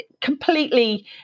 completely